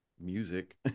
music